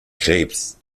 krebs